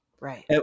Right